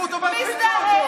זה מופרע.